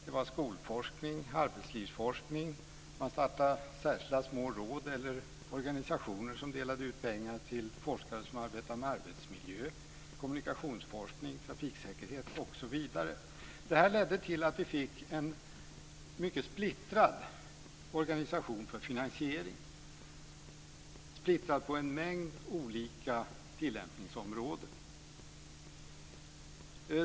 Det var skolforskning och arbetslivsforskning. Man startade särskilda små råd eller organisationer som delade ut pengar till forskare som arbetade med arbetsmiljö, kommunikationsforskning, trafiksäkerhet osv. Det ledde till en mycket splittrad organisation för finansiering. Den var splittrad på en mängd olika tillämpningsområden.